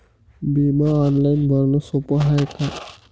बिमा ऑनलाईन भरनं सोप हाय का?